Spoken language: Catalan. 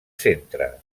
centre